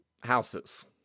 houses